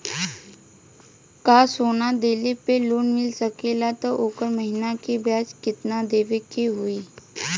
का सोना देले पे लोन मिल सकेला त ओकर महीना के ब्याज कितनादेवे के होई?